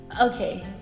Okay